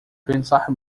pensar